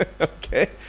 Okay